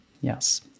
Yes